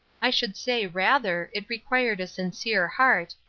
i should say rather, it required a sincere heart,